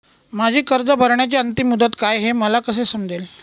माझी कर्ज भरण्याची अंतिम मुदत काय, हे मला कसे समजेल?